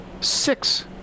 six